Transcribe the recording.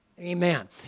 Amen